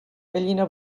gallina